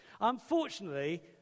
Unfortunately